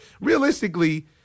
realistically